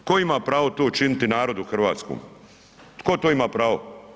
Tko ima pravo to činiti narodu hrvatskom, tko to ima pravo?